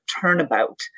turnabout